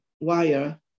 wire